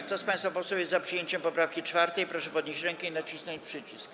Kto z państwa posłów jest za przyjęciem poprawki 4., proszę ponieść rękę i nacisnąć przycisk.